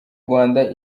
rwanda